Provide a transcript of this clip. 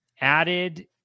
added